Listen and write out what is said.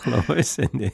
labai seniai